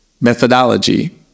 methodology